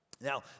Now